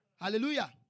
Hallelujah